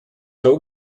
joe